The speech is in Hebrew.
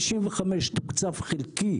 55 תוקצב חלקי,